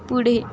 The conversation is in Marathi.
पुढे